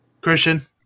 Christian